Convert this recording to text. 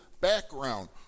background